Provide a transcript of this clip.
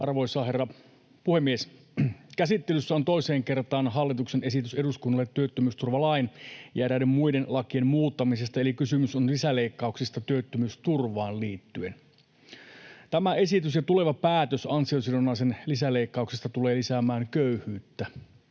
Arvoisa herra puhemies! Käsittelyssä on toiseen kertaan hallituksen esitys eduskunnalle työttömyysturvalain ja eräiden muiden lakien muuttamisesta, eli kysymys on lisäleikkauksista työttömyysturvaan liittyen. Tämä esitys ja tuleva päätös ansiosidonnaisen lisäleikkauksista tulevat lisäämään köyhyyttä.